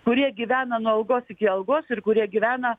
kurie gyvena nuo algos iki algos ir kurie gyvena